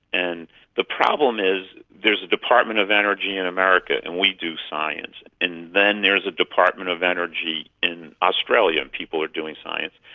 and the problem is there's a department of energy in america and we do science, and then there is a department of energy in australia and people are doing science,